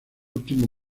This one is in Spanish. último